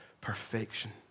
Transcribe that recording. perfection